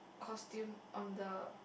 costume on the